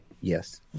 Yes